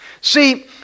See